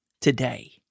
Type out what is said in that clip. today